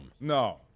No